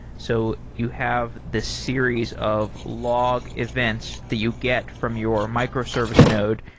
so you have this series of log events that you get from your microservice node,